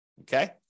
okay